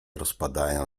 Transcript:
rozpadają